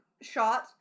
shot